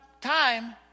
time